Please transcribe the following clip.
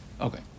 Okay